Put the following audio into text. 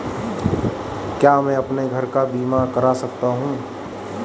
क्या मैं अपने घर का बीमा करा सकता हूँ?